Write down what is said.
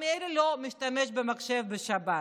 ממילא לא משתמש במחשב בשבת,